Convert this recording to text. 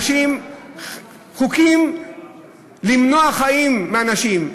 חוקים שמונעים חיים מאנשים,